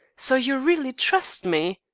so you really trust me?